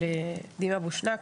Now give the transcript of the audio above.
של דימא בושנאק,